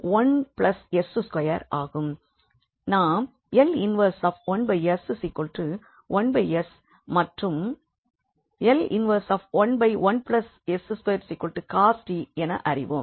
நாம் L 11s1s மற்றும் L 111s2cost என அறிவோம்